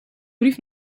brief